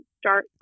start